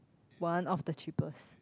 one of the cheapest